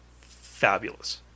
fabulous